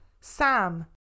sam